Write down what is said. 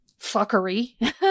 fuckery